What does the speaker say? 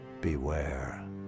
Beware